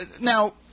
now